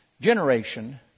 generation